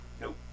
Nope